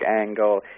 angle